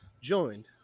Joined